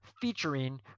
featuring